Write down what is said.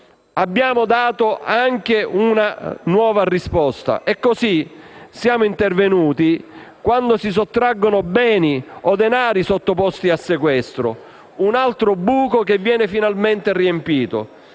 abbiamo dato anche una nuova risposta e così siamo intervenuti quando si sottraggono beni o denari sottoposti a sequestro. Un altro "buco" che viene finalmente riempito.